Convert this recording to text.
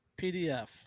PDF